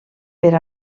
per